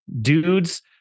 dudes